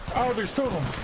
other sold